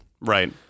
right